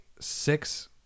six